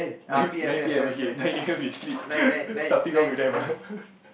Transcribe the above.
nine nine p_m okay nine a_m we sleep something wrong with them ah